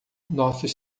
nossos